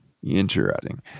Interesting